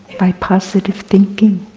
by positive thinking.